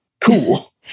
cool